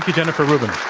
jennifer rubin.